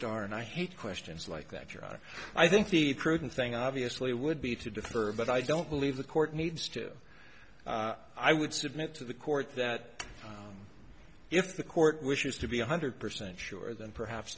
darn i hate questions like that your honor i think the prudent thing obviously would be to defer but i don't believe the court needs to i would submit to the court that if the court wishes to be one hundred percent sure then perhaps